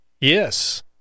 Yes